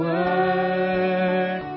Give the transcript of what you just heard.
Word